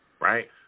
right